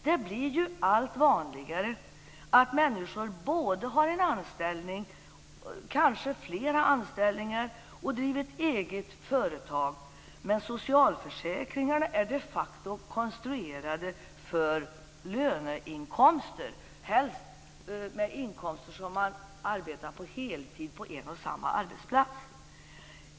Det blir allt vanligare att människor har både en anställning, kanske flera anställningar, och driver eget företag. Men socialförsäkringarna är de facto konstruerade för löneinkomster, helst inkomst från heltidsanställning på en och samma arbetsplats.